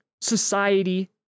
society